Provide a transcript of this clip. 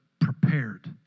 prepared